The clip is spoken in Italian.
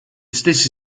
stessi